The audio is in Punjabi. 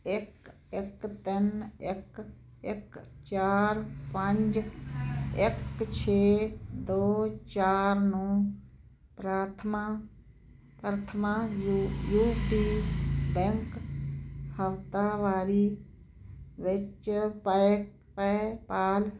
ਇੱਕ ਇੱਕ ਤਿੰਨ ਇੱਕ ਇੱਕ ਚਾਰ ਪੰਜ ਇੱਕ ਛੇ ਦੋ ਚਾਰ ਨੂੰ Prathama Prathama U P bank ਹਫ਼ਤਾਵਾਰੀ ਵਿੱਚ ਪੈ ਪੇਪਾਲ